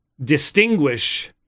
distinguish